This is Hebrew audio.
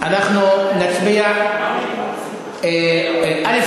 אנחנו נצביע, א.